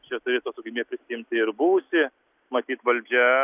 čia turėtų atsakomybę prisiimti ir buvusi matyt valdžia